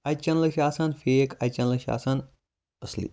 اَجہِ چینلہٕ چھِ آسان فیک اَجہِ چینلہٕ چھِ آسان اَصلی